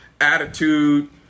Attitude